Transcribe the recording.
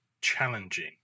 challenging